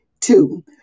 Two